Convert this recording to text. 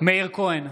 מאיר כהן,